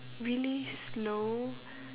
really slow